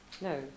No